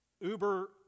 Uber